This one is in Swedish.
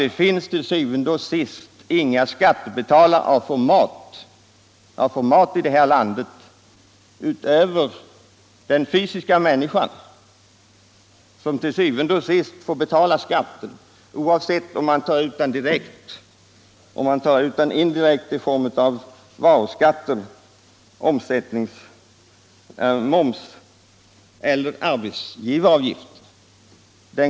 Det finns til syvende og sidst inga skattebetalare av format i det här landet utöver de fysiska personer som betalar den övervägande delen av skatten oavsett om den tas ut direkt eller indirekt i form av moms eller arbetsgivaravgift.